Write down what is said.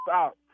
out